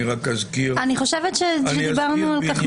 אני חושבת שדיברנו על כך